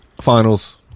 finals